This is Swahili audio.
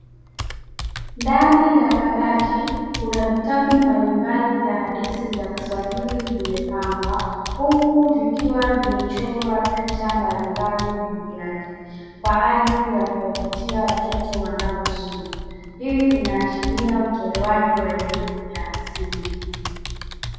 Ndani ya kabati kuna vitabu mbalimbali vya hadithi za kiswahili vimepangwa, huku vikiwa vimechorwa picha mbalimbali ndani yake kwa ajili ya kuwavutia watoto wanaosoma, hii inaashiria utolewaji wa elimu ya msingi.